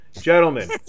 Gentlemen